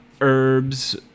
herbs